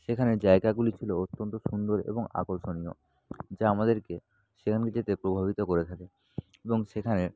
সেখানের জায়গাগুলি ছিল অত্যন্ত সুন্দর এবং আকর্ষণীয় যা আমাদেরকে প্রভাবিত করে থাকে এবং সেখানের